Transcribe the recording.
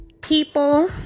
people